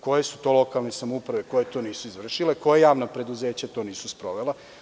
Koje su to lokalne samouprave koje to nisu izvršile, koja javna preduzeća to nisu sprovela?